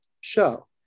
show